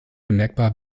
bemerkbar